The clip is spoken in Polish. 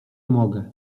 mogę